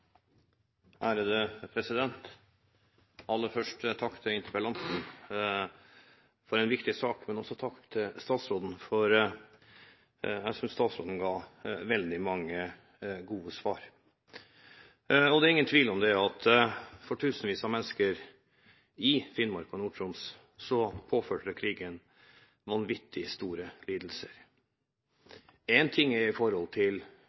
Aller først: Takk til interpellanten for å løfte en viktig sak. Men takk også til statsråden, for jeg synes hun ga veldig mange gode svar. Det er ingen tvil om at krigen påførte tusenvis av mennesker i Finnmark og Nord-Troms vanvittig store lidelser. Én ting er